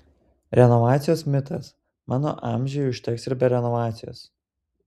renovacijos mitas mano amžiui užteks ir be renovacijos